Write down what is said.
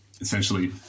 essentially